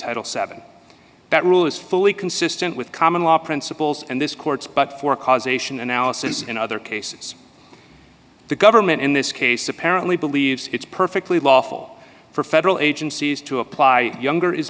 title seven that rule is fully consistent with common law principles and this court's but for causation analysis in other cases the government in this case apparently believes it's perfectly lawful for federal agencies to apply younger is